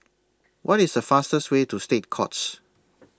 What IS The fastest Way to State Courts